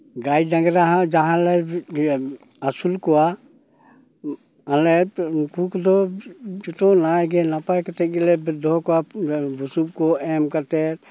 ᱜᱟᱹᱭ ᱰᱟᱝᱨᱟ ᱦᱚᱸ ᱡᱟᱦᱟᱸᱞᱮ ᱟᱹᱥᱩᱞ ᱠᱚᱣᱟ ᱚᱱᱮ ᱩᱱᱠᱩ ᱠᱚᱫᱚ ᱡᱚᱛᱚ ᱱᱟᱭ ᱜᱮ ᱱᱟᱯᱟᱭ ᱠᱟᱛᱮ ᱜᱮᱞᱮ ᱫᱚᱦᱚ ᱠᱚᱣᱟ ᱚᱱᱟ ᱵᱩᱥᱩᱯ ᱠᱚ ᱮᱢ ᱠᱟᱛᱮᱫ